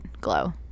Glow